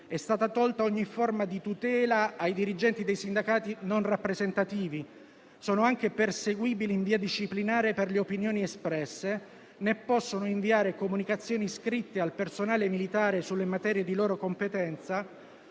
È stata tolta ogni forma di tutela ai dirigenti dei sindacati non rappresentativi, che sono anche perseguibili in via disciplinare per le opinioni espresse, né possono inviare comunicazioni scritte al personale militare sulle materie di loro competenza